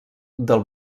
del